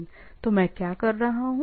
तो मैं क्या कर रहा हूँ